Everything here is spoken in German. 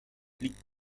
liegt